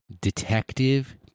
Detective